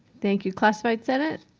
thank you, classified senate?